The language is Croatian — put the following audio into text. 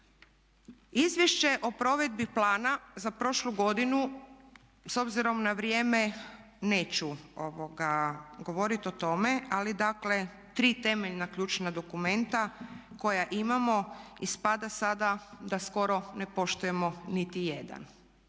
Izvješće o provedbi plana za prošlu godinu s obzirom na vrijeme neću govoriti o tome ali dakle tri temeljna ključna dokumenta koja imamo, ispada sada da skoro ne poštujemo niti jedan.